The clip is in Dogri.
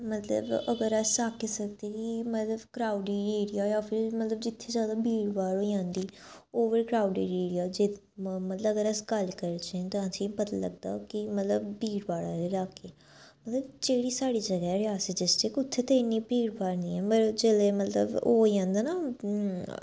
मतलब अगर अस आक्खी सकदे कि मतलब क्रआउडी ऐरिया होएआ मतलब जित्थें ज्यादा भीड़ भाड़ होई जंदी ओवर क्राउडड ऐरिया जे मतलब अगर अस गल्ल करचै तां असेंई पता लगदा कि मतलब भीड़ भाड़ आह्ले लाके मतलब जेह्ड़ी साढ़ी जगहे ऐ रियासी डिस्टिक उत्थें ते इन्नी भीड़ भाड़ नी ऐ मतलब जेल्लै मतलब ओह् होई जंदा ना